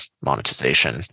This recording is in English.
monetization